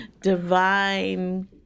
divine